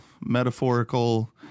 metaphorical